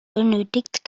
benötigt